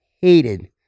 hated